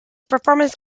performance